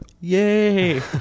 Yay